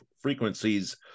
frequencies